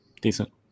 Decent